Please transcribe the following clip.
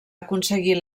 aconseguir